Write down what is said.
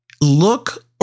look